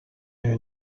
ayant